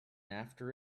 after